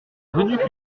venue